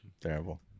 Terrible